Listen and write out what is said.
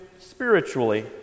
spiritually